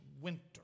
winter